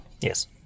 Yes